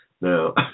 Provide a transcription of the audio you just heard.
Now